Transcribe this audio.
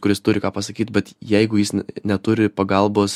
kuris turi ką pasakyt bet jeigu jis neturi pagalbos